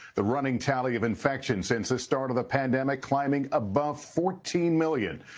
the running tally of infections since the start of the pandemic climbing above fourteen million.